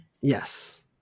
Yes